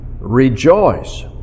Rejoice